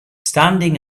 standing